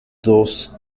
dos